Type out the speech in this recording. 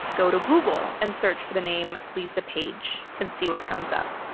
go to google and search for the name lisa page and see what comes up.